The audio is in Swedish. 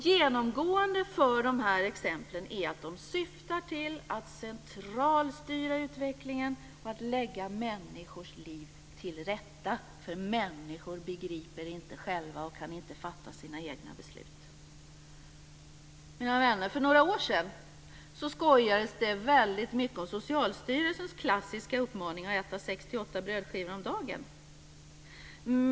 Genomgående för dessa är att de syftar till att centralstyra utvecklingen, att lägga människors liv till rätta, för människor begriper inte själva och kan inte fatta sina egna beslut. Mina vänner! För några år sedan skojades det väldigt mycket om Socialstyrelsens klassiska uppmaning att äta sex till åtta brödskivor om dagen.